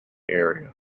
area